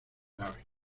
árabe